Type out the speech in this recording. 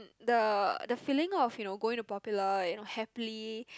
the the feeling of you know going to popular happily